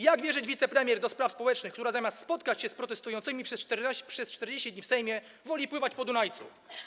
Jak wierzyć wicepremier do spraw społecznych, która zamiast spotkać się z protestującymi przez 40 dni w Sejmie, woli pływać po Dunajcu?